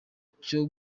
cyo